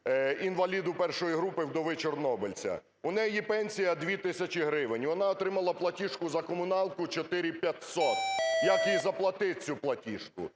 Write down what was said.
інваліду І групи, вдові чорнобильця. У неї пенсія 2 тисячі гривень. Вона отримала платіжку за комуналку 4500. Як її заплатить цю платіжку?